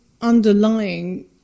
underlying